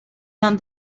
done